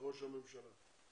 וראש הממשלה.